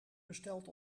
besteld